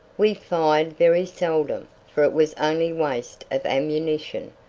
we fired very seldom, for it was only waste of ammunition,